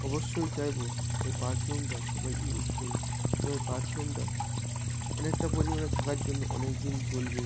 অবশ্যই চাইবো এই পারফিউমটা সবাই ইউস করুন এবং এই পারফিউমটা অনেকটা পরিমাণে থাকার জন্য অনেক দিন চলবে